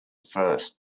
first